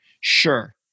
Sure